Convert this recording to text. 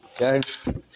Okay